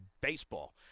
baseball